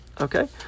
Okay